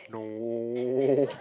no